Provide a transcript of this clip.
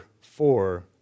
four